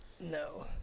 No